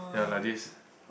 ya lah this